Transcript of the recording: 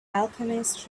alchemist